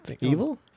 Evil